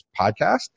podcast